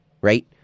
right